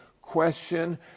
question